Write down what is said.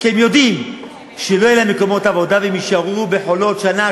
כי הם יודעים שלא יהיו להם מקומות עבודה והם יישארו ב"חולות" שנה,